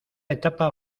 etapa